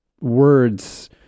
words